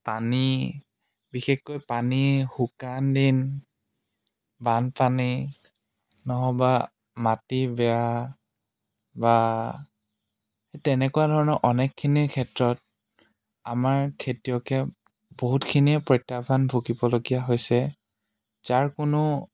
পানী বিশেষকৈ পানী শুকান দিন বানপানী নহবা মাটি বেয়া বা তেনেকুৱা ধৰণৰ অনেকখিনিৰ ক্ষেত্ৰত আমাৰ খেতিয়কে বহুতখিনিয়ে প্ৰত্যাহ্বান ভুগিবলগীয়া হৈছে যাৰ কোনো